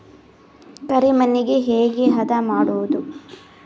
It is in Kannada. ಕರಿ ಮಣ್ಣಗೆ ಹೇಗೆ ಹದಾ ಮಾಡುದು?